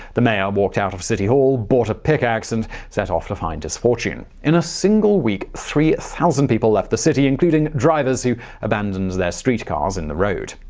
the mayor walked out of city hall, bought a pickaxe, and set off to find his fortune. in a single week, three thousand people left the city, including drivers who abandoned their streetcars in the road.